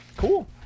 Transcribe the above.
Cool